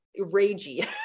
ragey